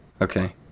Okay